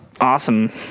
awesome